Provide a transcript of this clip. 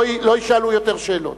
לא יישאלו יותר שאלות.